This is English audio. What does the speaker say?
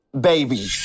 Baby